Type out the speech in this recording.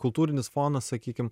kultūrinis fonas sakykim